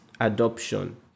adoption